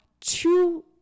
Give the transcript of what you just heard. two